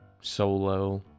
solo